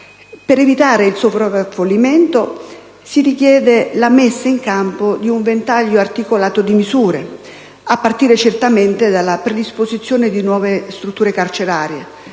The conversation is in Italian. Per evitare il sovraffollamento, si richiede la messa in campo di un ventaglio articolato di misure, a partire, certamente, dalla predisposizione di nuove strutture carcerarie